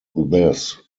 this